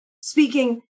speaking